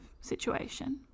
situation